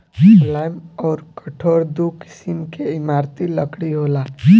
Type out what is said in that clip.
मुलायम अउर कठोर दू किसिम के इमारती लकड़ी होला